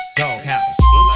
doghouse